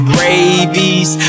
rabies